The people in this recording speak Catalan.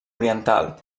oriental